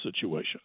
situation